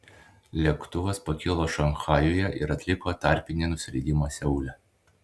lėktuvas pakilo šanchajuje ir atliko tarpinį nusileidimą seule